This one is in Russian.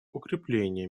укрепления